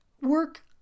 work